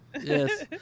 Yes